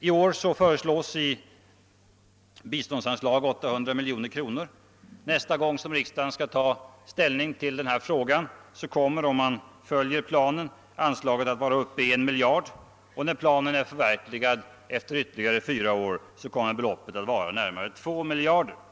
I år föreslås biståndsanslagen utgöra 890 miljoner kronor. Nästa gång riksdagen skall ta ställning till den här frågan kommer, om man följer planen, anslaget att vara uppe i 1 miljard kronor, och när planen är förverkligad efter ytterligare fyra år kommer beloppet ait vara över 2 miljarder kronor.